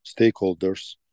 stakeholders